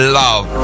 love